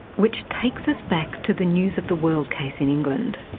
which takes us back to the news of the world case in england,